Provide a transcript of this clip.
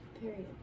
Period